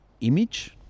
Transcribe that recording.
image